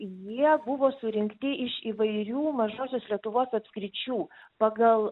jie buvo surinkti iš įvairių mažosios lietuvos apskričių pagal